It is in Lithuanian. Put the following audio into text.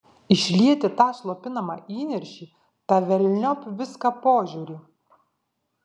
išlieti tą slopinamą įniršį tą velniop viską požiūrį